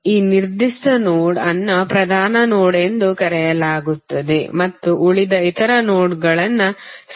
ಈ ನಿರ್ದಿಷ್ಟ ನೋಡ್ ಅನ್ನು ಪ್ರಧಾನ ನೋಡ್ ಎಂದು ಕರೆಯಲಾಗುತ್ತದೆ ಮತ್ತು ಉಳಿದ ಇತರ ನೋಡ್ಗಳನ್ನು ಸರಳ ನೋಡ್ ಎಂದು ಕರೆಯಲಾಗುತ್ತದೆ